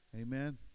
Amen